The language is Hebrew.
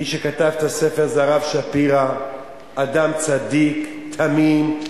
מי שכתב את הספר זה, הרב שפירא, אדם צדיק תמים.